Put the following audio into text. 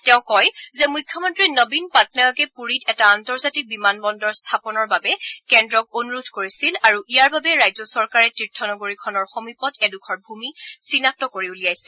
তেওঁ কয় যে মুখ্যমন্ত্ৰী নবীন পটনায়কে পুৰীত এটা আন্তৰ্জাতিক বিমানবন্দৰ স্থাপনৰ বাবে কেন্দ্ৰক অনুৰোধ কৰিছিল আৰু ইয়াৰ বাবে ৰাজ্য চৰকাৰে তীৰ্থনগৰীখনৰ সমীপত এডোখৰ ভূমি চিনাক্ত কৰি উলিয়াইছে